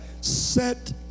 set